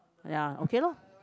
ya okay lor